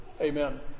Amen